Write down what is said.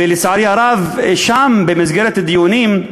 ולצערי הרב, שם, במסגרת הדיונים,